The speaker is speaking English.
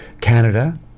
Canada